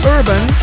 Urban